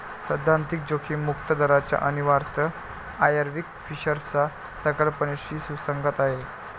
सैद्धांतिक जोखीम मुक्त दराचा अन्वयार्थ आयर्विंग फिशरच्या संकल्पनेशी सुसंगत आहे